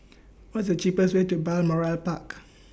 What's The cheapest Way to Balmoral Park